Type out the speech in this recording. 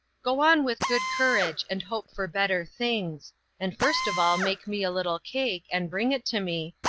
go on with good courage, and hope for better things and first of all make me a little cake, and bring it to me,